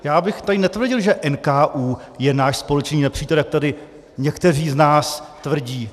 Já bych tady netvrdil, že NKÚ je náš společný nepřítel, jak tady někteří z nás tvrdí.